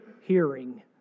hearing